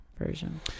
version